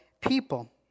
people